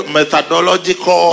methodological